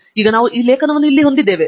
ಈಗ ನಾವು ಈ ಲೇಖನವನ್ನು ಇಲ್ಲಿ ಹೊಂದಿದ್ದೇವೆ